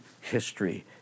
history